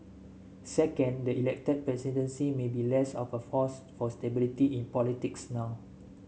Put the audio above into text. second the elected presidency may be less of a force for stability in politics now